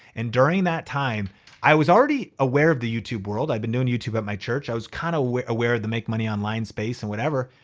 and during that time i was already aware of the youtube world. i'd been doing youtube at my church. i was kinda aware aware of the make money online space and whatever.